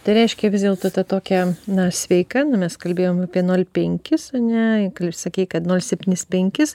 tai reiškia vis dėlto ta tokia na sveika nu mes kalbėjom apie nol penkis ane sakei kad nol septynis penkis